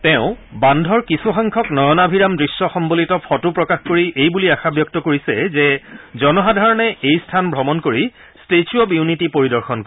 তেওঁ বান্ধৰ কিছুসংখ্যক নয়নাভিৰাম দৃশ্যসম্বলিত ফটো প্ৰকাশ কৰি এই বুলি আশা ব্যক্ত কৰিছে যে জনসাধাৰণে এই স্থান ভ্ৰমণ কৰি ষ্টেচূ অব ইউনিটি পৰিদৰ্শন কৰিব